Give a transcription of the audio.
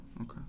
Okay